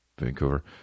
Vancouver